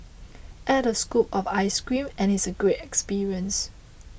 add a scoop of ice cream and it's a great experience